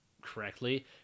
correctly